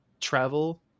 travel